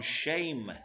shame